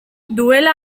duela